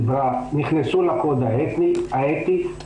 לצערי, כמו במקרים קודמים, הכתובת הייתה על